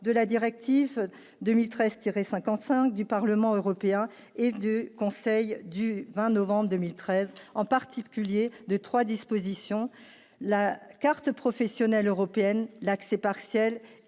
de la directive 2013, 55 du Parlement européen et du Conseil du 20 novembre 2013, en particulier de 3 dispositions la carte professionnelle européenne l'accès partiel